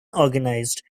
organized